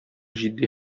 җитди